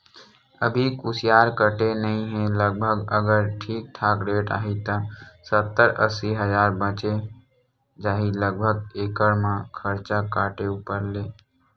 अभी कुसियार कटे नइ हे लगभग अगर ठीक ठाक रेट आही त सत्तर अस्सी हजार बचें जाही लगभग एकड़ म खरचा काटे ऊपर ले